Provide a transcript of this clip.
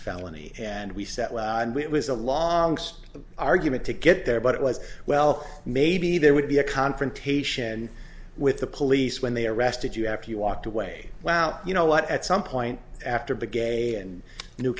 felony and we said and we it was a lot of argument to get there but it was well maybe there would be a confrontation with the police when they arrested you after you walked away wow you know what at some point after the game and new